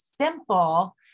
simple